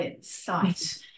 sight